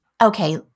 okay